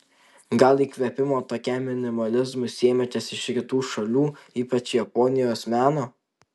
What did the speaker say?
gal įkvėpimo tokiam minimalizmui sėmėtės iš rytų šalių ypač japonijos meno